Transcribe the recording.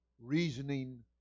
reasoning